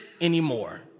anymore